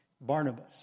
Barnabas